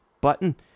button